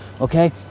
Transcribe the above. Okay